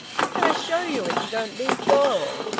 how can i show you if you don't leave go?